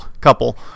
couple